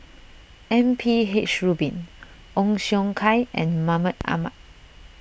M P H Rubin Ong Siong Kai and Mahmud Ahmad